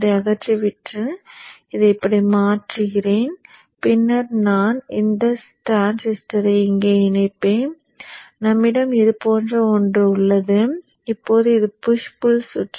இதை அகற்றிவிட்டு இதை இப்படி மாற்றி மாற்றிகிறேன் பின்னர் நான் இந்த டிரான்சிஸ்டரை இங்கே இணைப்பேன் நம்மிடம் இது போன்ற ஒன்று உள்ளது இப்போது இது புஷ் புள் சுற்று